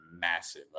massive